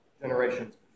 generations